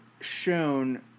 shown